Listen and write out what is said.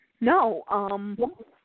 No